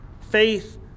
Faith